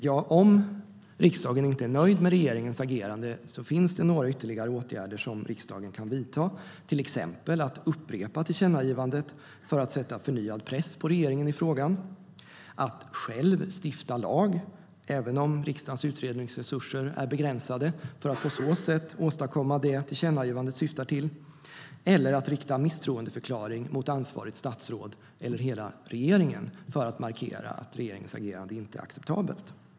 Ja, om riksdagen inte är nöjd med regeringens agerande finns det några ytterligare åtgärder som riksdagen kan vidta. Man kan till exempel upprepa tillkännagivandet för att sätta förnyad press på regeringen i frågan själv stifta lag, även om riksdagens utredningsresurser är begränsade, för att på så sätt åstadkomma det tillkännagivandet syftar till rikta misstroendeförklaring mot ansvarigt statsråd eller hela regeringen för att markera att regeringens agerande inte är acceptabelt.